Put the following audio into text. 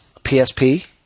PSP